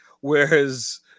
Whereas